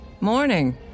Morning